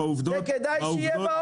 זה כדאי שיהיה באוטו?